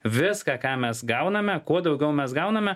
viską ką mes gauname kuo daugiau mes gauname